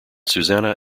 susannah